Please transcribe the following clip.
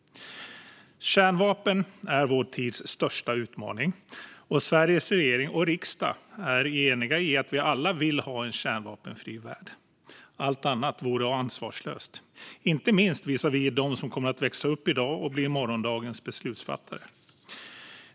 Kärnvapen är vår tids största utmaning, och Sveriges regering och riksdag är eniga om att vi alla vill ha en kärnvapenfri värld. Allt annat vore ansvarslöst, inte minst visavi dem som växer upp i dag och ska bli morgondagens beslutsfattare.